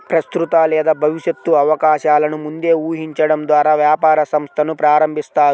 ప్రస్తుత లేదా భవిష్యత్తు అవకాశాలను ముందే ఊహించడం ద్వారా వ్యాపార సంస్థను ప్రారంభిస్తారు